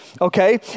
okay